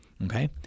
Okay